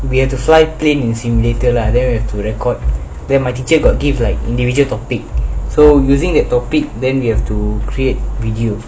we have to fly plane in simulator lah then you have to record then my teacher got give like individual topic so using the topic then we have to create video